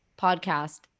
podcast